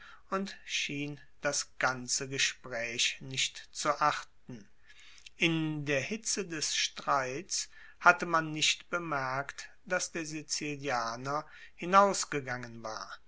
und schien das ganze gespräch nicht zu achten in der hitze des streits hatte man nicht bemerkt daß der sizilianer hinausgegangen war